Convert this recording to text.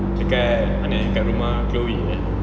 dekat mana eh dekat rumah chloe eh